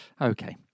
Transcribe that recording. Okay